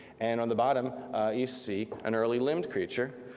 and on the bottom you see an early limbed creature.